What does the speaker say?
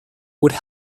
would